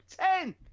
ten